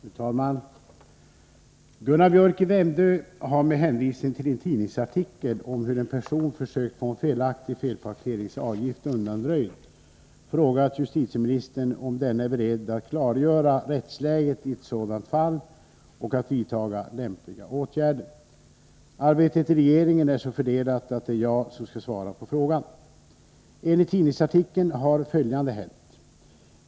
Fru talman! Gunnar Biörck i Värmdö har, med hänvisning till en tidningsartikel om hur en person försökt få en felaktig felparkeringsavgift undanröjd, frågat justitieministern om denne är beredd att klargöra rättsläget i ett sådant fall och att vidta lämpliga åtgärder. Arbetet i regeringen är så fördelat att det är jag som skall svara på frågan. Enligt tidningsartikeln har följande hänt.